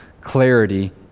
clarity